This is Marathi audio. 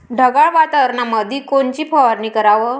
ढगाळ वातावरणामंदी कोनची फवारनी कराव?